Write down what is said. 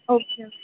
okay okay